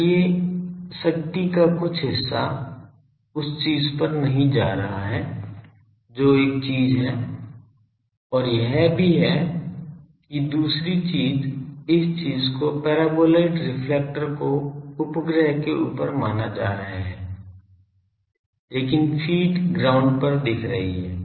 इसलिए शक्ति का कुछ हिस्सा उस चीज़ पर नहीं जा रहा है जो एक चीज़ है और यह भी है कि दूसरी चीज़ इस चीज़ को परबोलॉइड रिफ्लेक्टर को उपग्रह के ऊपर माना जा रहा है लेकिन फ़ीड ग्राउंड पर दिख रही है